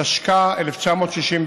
התשכ"א 1961,